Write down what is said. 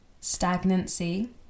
stagnancy